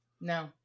No